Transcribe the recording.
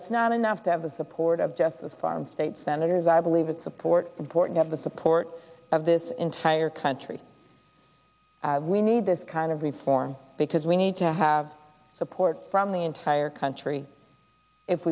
it's not enough to have the support of just this farm state senators i believe that support important have the support of this entire country we need this kind of reform because we need to have support from the entire country if